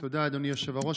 תודה, אדוני היושב-ראש.